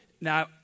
Now